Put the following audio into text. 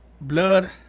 blood